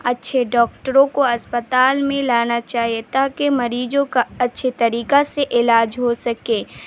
اچھے ڈاکٹروں کو اسپتال میں لانا چاہیے تاکہ مریضوں کا اچھے طریقہ سے علاج ہو سکے